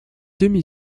demi